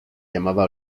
llamaba